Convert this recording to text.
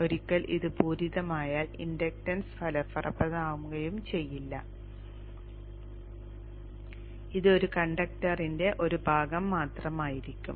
ഒരിക്കൽ അത് പൂരിതമായാൽ ഇൻഡക്ടൻസ് ഫലപ്രദമാവുകയും ചെയ്യില്ല ഇത് ഒരു കണ്ടക്ടറിന്റെ ഒരു ഭാഗം മാത്രമായിരിക്കും